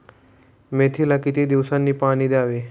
मेथीला किती दिवसांनी पाणी द्यावे?